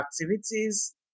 activities